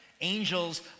Angels